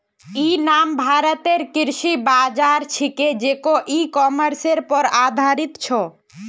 इ नाम भारतेर कृषि बाज़ार छिके जेको इ कॉमर्सेर पर आधारित छ